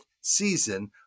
season